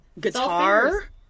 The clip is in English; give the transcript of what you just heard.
guitar